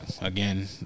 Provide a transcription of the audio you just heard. again